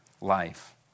life